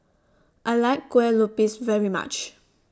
I like Kueh Lupis very much